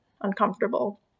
uncomfortable